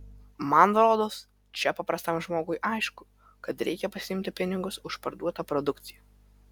man rodos čia paprastam žmogui aišku kad reikia pasiimti pinigus už parduotą produkciją